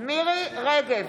מירי מרים רגב,